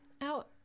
out